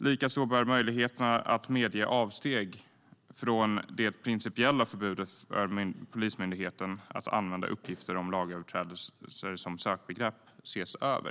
Likaså bör möjligheterna att medge avsteg från det principiella förbudet för Polismyndigheten att använda uppgifter om lagöverträdelser som sökbegrepp ses över.